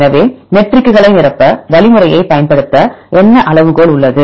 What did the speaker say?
எனவே மெட்ரிக் குகளை நிரப்ப வழிமுறையைப் பயன்படுத்த என்ன அளவுகோல் உள்ளது